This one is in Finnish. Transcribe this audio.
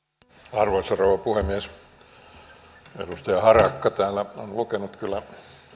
arvoisa rouva puhemies edustaja harakka täällä on lukenut kyllä